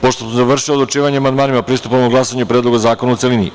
Pošto smo završili odlučivanje o amandmanima, pristupamo glasanju Predloga zakona, u celini.